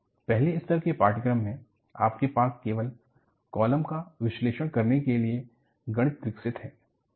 पहले स्तर के पाठ्यक्रम में आपके पास केवल काँलम का विश्लेषण करने के लिए गणित विकसित है